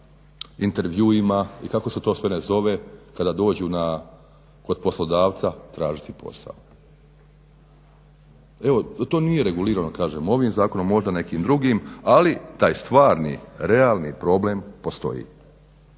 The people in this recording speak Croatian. intervjuima i kako se to sve ne zove kada dođu kod poslodavca tražiti posao. Evo to nije regulirano ovim zakonom, možda nekim drugim ali taj stvari realni problem postoji.